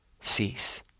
cease